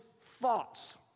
thoughts